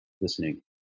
listening